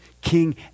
king